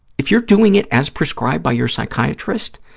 if you're doing it as prescribed by your psychiatrist,